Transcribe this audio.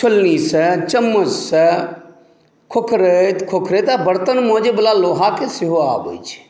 छोलनीसँ चम्मचसँ खोखरैत खोखरैत आ बर्तन मँजैवला लोहाके सेहो आबैत छै